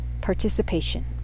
Participation